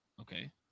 Okay